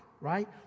right